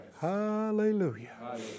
Hallelujah